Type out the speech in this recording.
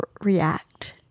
react